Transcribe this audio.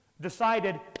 decided